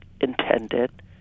intended